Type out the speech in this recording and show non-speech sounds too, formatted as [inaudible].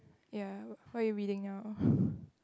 ya what are you reading now [breath]